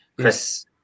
Chris